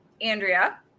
Andrea